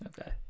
Okay